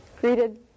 greeted